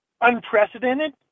unprecedented